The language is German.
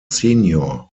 senior